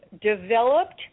developed